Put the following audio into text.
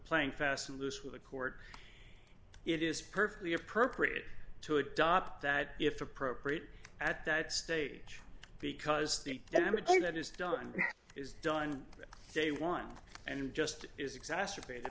playing fast and loose with the court it is perfectly appropriate to adopt that if appropriate at that stage because the then again that is done is done day one and just is exacerbated